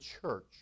church